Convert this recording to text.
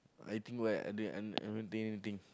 I think right I don't I haven't think anything